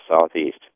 southeast